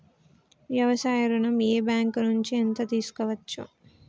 వ్యవసాయ ఋణం ఏ బ్యాంక్ నుంచి ఎంత తీసుకోవచ్చు?